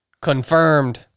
confirmed